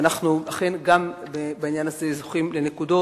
ואנחנו אכן גם בעניין הזה זוכים לנקודות.